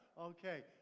Okay